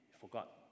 forgot